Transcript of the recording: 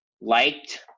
liked